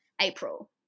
April